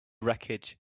wreckage